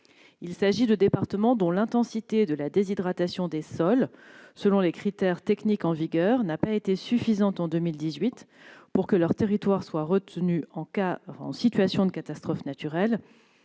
Il s'agit de départements dont l'intensité de la déshydratation des sols, selon les critères techniques en vigueur, n'a pas été suffisante en 2018 pour que leur territoire soit reconnu en situation de catastrophe naturelle,